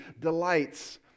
delights